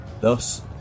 Thus